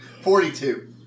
Forty-two